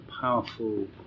powerful